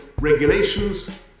regulations